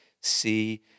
see